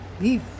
leave